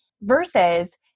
versus